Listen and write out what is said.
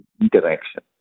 interaction